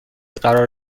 قرار